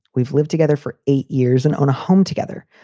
we've lived together for eight years and own a home together.